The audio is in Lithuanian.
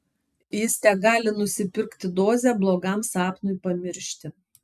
jis tegali nusipirkti dozę blogam sapnui pamiršti